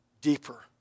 deeper